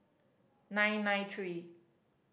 nine nine three